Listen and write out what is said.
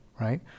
right